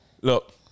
look